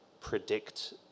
predict